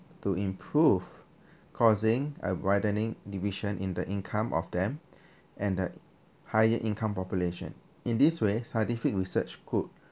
to improve causing a widening division in the income of them and the higher income population in this way scientific research could